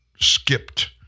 skipped